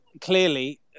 clearly